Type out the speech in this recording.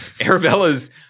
Arabella's